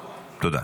תודה.